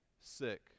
sick